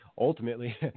ultimately